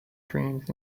dreams